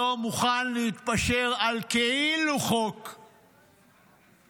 לא מוכן להתפשר על כאילו חוק גיוס,